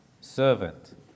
servant